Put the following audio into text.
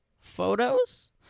photos